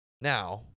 Now